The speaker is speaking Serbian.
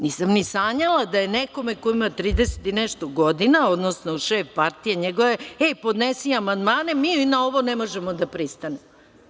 Nisam ni sanjala da je nekome ko ima 30 i nešto godina, odnosno šef partije njegove, e, podnesi amandmane, mi na ovo ne možemo da pristanemo.